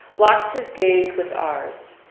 locks his gaze with ours.